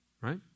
right